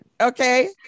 Okay